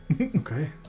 Okay